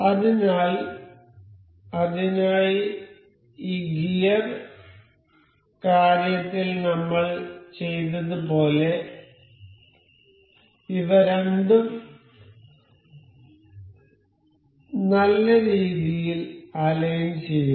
അതിനാൽ അതിനായി ഈ ഗിയർ കാര്യത്തിൽ നമ്മൾ ചെയ്തതുപോലെ നമ്മൾ ഇവ രണ്ടും നല്ലരീതിയിൽ അലൈൻ ചെയ്യുക